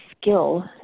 skill